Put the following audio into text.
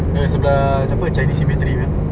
eh sebelah cam apa chinese cemetry punya